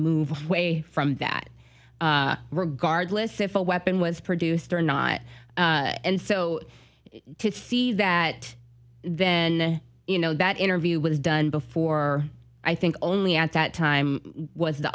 move away from that regardless if a weapon was produced or not and so to see that then you know that interview was done before i think only at that time was the